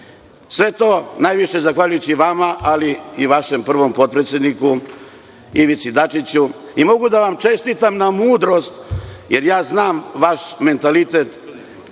Sve to, najviše zahvaljujući vama, ali i vašem prvom potpredsedniku Ivici Dačiću. Mogu da vam čestitam na mudrosti, jer ja znam vaš mentalitet,